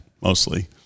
mostly